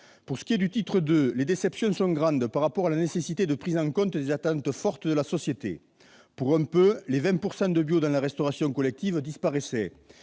Pour ce qui est du titre II, les déceptions sont grandes par rapport à la nécessité de la prise en compte des fortes attentes de la société. Pour un peu, les 20 % de bio dans la restauration collective disparaissaient